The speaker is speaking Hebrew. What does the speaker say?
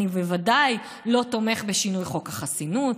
אני בוודאי לא תומך בשינוי חוק החסינות,